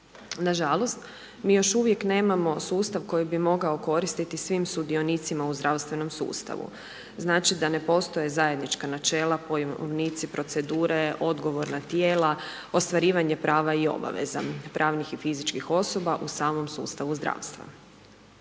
Nažalost, mi još uvijek nemamo sustav koji bi mogao koristiti svim sudionicima u zdravstvenom sustavu. Znači da ne postoje zajednička načela, pojmovnici, procedure, odgovorna tijela, ostvarivanje prava i obaveza pravnih i fizičkih osoba u samom sustavu zdravstva.